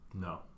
No